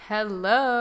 Hello